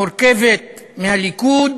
המורכבת מהליכוד,